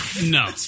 No